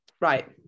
right